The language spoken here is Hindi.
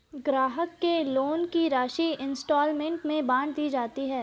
ग्राहक के लोन की राशि इंस्टॉल्मेंट में बाँट दी जाती है